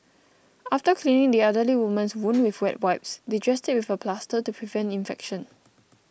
after cleaning the elderly woman's wound with wet wipes they dressed it with a plaster to prevent infection